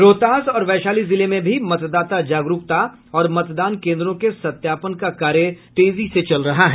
रोहतास और वैशाली जिले में भी मतदाता जागरूकता और मतदान केन्द्रों के सत्यापन का कार्य तेजी से चल रहा है